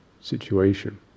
situation